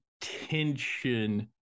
tension